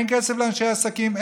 אין כסף לאנשי עסקים,